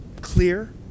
Clear